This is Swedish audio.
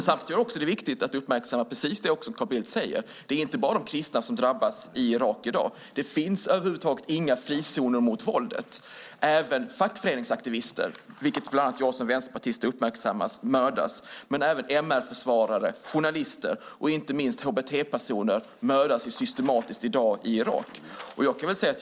Samtidigt är det viktigt att uppmärksamma precis det som Carl Bildt säger. Det är inte bara de kristna som drabbas i Irak i dag. Det finns över huvud taget inga frizoner mot våldet. Även fackföreningsaktivister - vilket bland annat jag som vänsterpartist uppmärksammat - mördas, men även MR-försvarare, journalister och inte minst hbt-personer mördas systematiskt i Irak i dag.